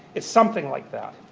it's something like that.